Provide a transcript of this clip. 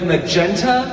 Magenta